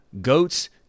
goats